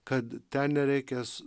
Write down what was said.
kad ten nereikės